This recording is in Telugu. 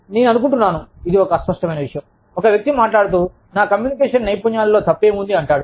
నేను అనుకుంటున్నాను అది ఒక అస్పష్టమైన విషయం ఒకవ్యక్తి మాట్లాడుతూ నా కమ్యూనికేషన్ నైపుణ్యాలలో తప్పేముంది అంటాడు